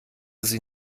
sie